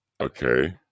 Okay